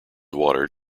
water